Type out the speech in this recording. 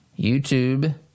YouTube